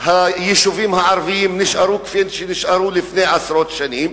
היישובים הערביים נשארו כפי שהיו לפני עשרות שנים,